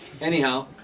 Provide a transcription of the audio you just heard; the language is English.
Anyhow